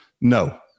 No